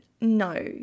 No